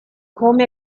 come